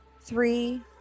three